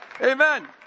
Amen